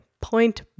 point